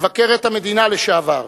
מבקרת המדינה לשעבר,